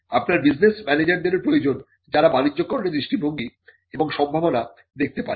আপনার বিজনেস ম্যানেজারদের প্রয়োজন যারা বাণিজ্যকরনের দৃষ্টিভঙ্গি এবং সম্ভাবনা দেখতে পারেন